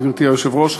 גברתי היושבת-ראש,